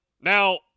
Now